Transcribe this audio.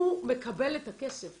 הוא מקבל את הכסף.